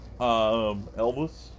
Elvis